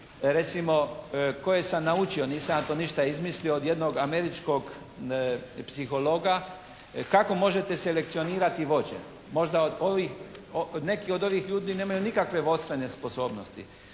Recimo koje sam naučio, nisam ja to ništa izmislio od jednog američkog psihologa kako možete selekcionirati vođe. Možda od ovih, neki od ovih ljudi nemaju nikakve vodstvene sposobnosti.